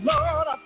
Lord